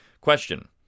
question